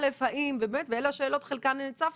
אלה השאלות ואת חלקן אני הצפתי.